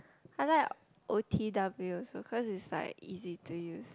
I like o_t_w also cause is like easy to use